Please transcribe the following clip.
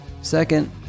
Second